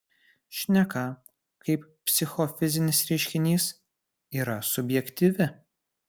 šneka kaip psichofizinis reiškinys yra subjektyvi